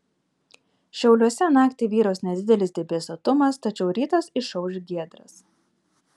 šiauliuose naktį vyraus nedidelis debesuotumas tačiau rytas išauš giedras